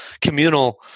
communal